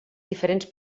diferents